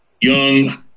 young